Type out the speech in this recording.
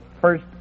first